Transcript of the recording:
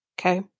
Okay